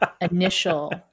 initial